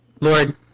Lord